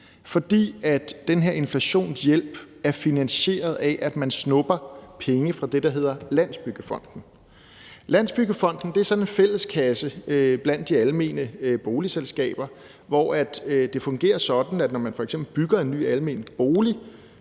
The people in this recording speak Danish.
fordi den her inflationshjælp er finansieret af, at man snupper pengene fra det, der hedder Landsbyggefonden. Landsbyggefonden er sådan en fælleskasse blandt de almene boligselskaber, hvor det fungerer sådan, at når man f.eks. bygger en ny almen bolig,